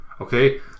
okay